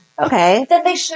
okay